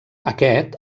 aquest